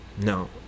no